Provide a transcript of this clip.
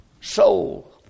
soul